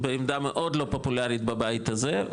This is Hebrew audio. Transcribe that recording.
בעמדה מאוד לא פופולרית בבית הזה,